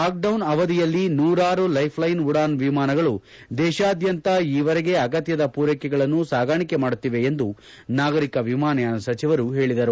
lockdown ಅವಧಿಯಲ್ಲಿ ನೂರಾರು lifeline Udan ವಿಮಾನಗಳು ದೇಶಾದ್ಯಂತ ಈವರೆಗೆ ಅಗತ್ಯದ ಪೂರೈಕೆಗಳನ್ನು ಸಾಗಾಣಿಕೆ ಮಾಡುತ್ತಿವೆ ಎಂದೂ ನಾಗರಿಕ ವಿಮಾನಯಾನ ಸಚಿವರು ಹೇಳಿದರು